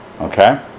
okay